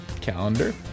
Calendar